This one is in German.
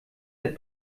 der